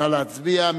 נא להצביע.